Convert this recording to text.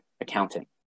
accountant